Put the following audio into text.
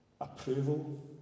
approval